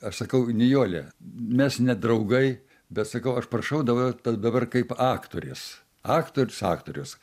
aš sakau nijole mes ne draugai bet sakau aš prašau daugiau taip dabar kaip aktorės aktorius aktoriaus